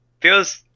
Feels